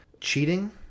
cheating